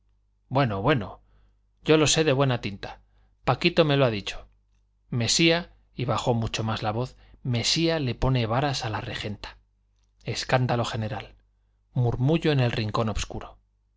bueno bueno yo lo sé de buena tinta paquito me lo ha dicho mesía y bajó mucho más la voz mesía le pone varas a la regenta escándalo general murmullo en el rincón obscuro